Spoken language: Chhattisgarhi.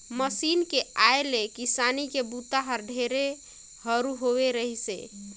मसीन के आए ले किसानी के बूता हर ढेरे हरू होवे रहीस हे